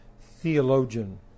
theologian